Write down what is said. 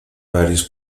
various